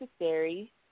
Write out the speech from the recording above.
necessary